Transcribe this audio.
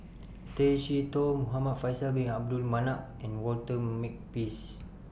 Tay Chee Toh Muhamad Faisal Bin Abdul Manap and Walter Makepeace